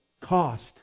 cost